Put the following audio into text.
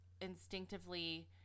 instinctively